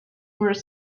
were